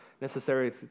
Necessary